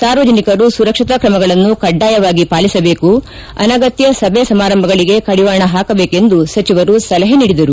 ಸಾರ್ವಜನಿಕರು ಸುರಕ್ಷತಾ ಕ್ರಮಗಳನ್ನು ಕಡ್ವಾಯವಾಗಿ ಪಾಲಿಸಬೇಕು ಅನಗತ್ಯ ಸಭೆ ಸಮಾರಂಭಗಳಿಗೆ ಕಡಿವಾಣ ಹಾಕಬೇಕೆಂದು ಸಚಿವರು ಸಲಹೆ ನೀಡಿದರು